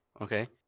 okay